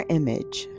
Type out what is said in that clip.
image